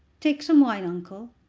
take some wine, uncle.